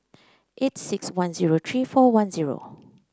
eight six one zero three four one zero